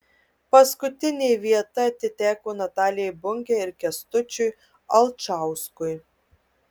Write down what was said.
paskutinė vieta atiteko natalijai bunkei ir kęstučiui alčauskui